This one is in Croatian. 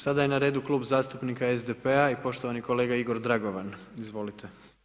Sada je na redu klub zastupnika SDP-a i poštovani kolega Igor Dragovan, izvolite.